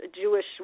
Jewish